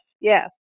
Yes